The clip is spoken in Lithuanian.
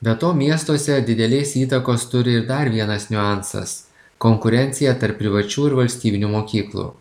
be to miestuose didelės įtakos turi ir dar vienas niuansas konkurencija tarp privačių ir valstybinių mokyklų